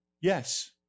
Yes